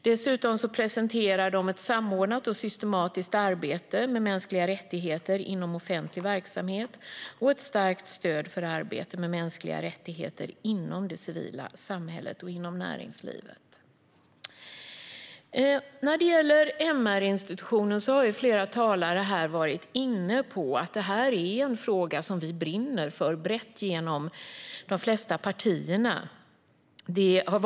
Dessutom presenterar man ett samordnat och systematiskt arbete med mänskliga rättigheter inom offentlig verksamhet och ett starkt stöd för arbetet med mänskliga rättigheter inom det civila samhället och näringslivet. När det gäller MR-institutionen har flera talare här varit inne på att detta är en fråga vi brett, genom de flesta partier, brinner för.